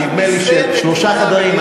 נדמה לי של שלושה חדרים,